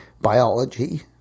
biology